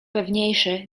pewniejsze